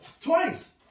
Twice